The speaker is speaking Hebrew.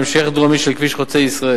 המשך דרומי של כביש חוצה-ישראל.